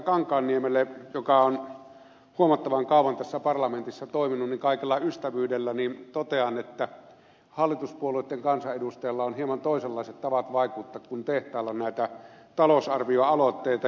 kankaanniemelle joka on huomattavan kauan tässä parlamentissa toiminut kaikella ystävyydellä totean että hallituspuolueitten kansanedustajilla on hieman toisenlaiset tavat vaikuttaa kuin tehtailla näitä talousarvioaloitteita